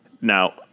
Now